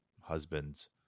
husbands